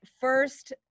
first